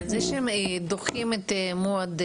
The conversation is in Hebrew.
אבל זה שהם דוחים את מועד,